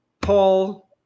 Paul